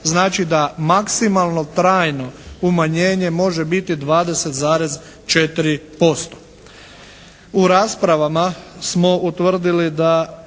znači da maksimalno trajno umanjenje može biti 20,4%. U raspravama smo utvrdili da